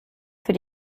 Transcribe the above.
für